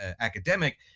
academic